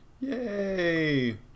Yay